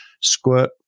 squirt